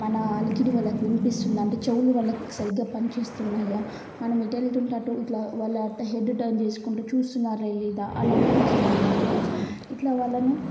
మన అలికిడి వాళ్ళకి వినిపిస్తుందా అంటే చెవులు వాళ్ళకు సరిగ్గా పనిచేస్తున్నాయా మనం ఎటు వెళ్తుంటే అటూ ఇట్లా వాళ్ళ హెడ్ టర్న్ చేసుకుంటూ చూస్తున్నారా లేదా అలాంటివి చేయలన్నమాట ఇట్ల వాళ్ళను